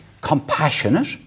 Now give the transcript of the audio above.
Compassionate